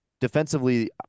defensively